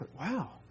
wow